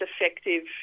effective